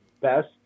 best